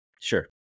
sure